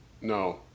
No